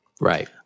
right